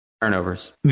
Turnovers